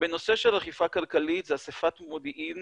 בנושא של אכיפה כלכלית זו אסיפת מודיעין